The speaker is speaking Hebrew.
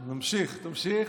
נמשיך, תמשיך.